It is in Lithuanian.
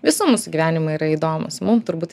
visų mūsų gyvenimai yra įdomūs mum turbūt